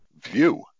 view